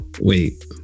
wait